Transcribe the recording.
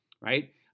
right